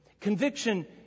Conviction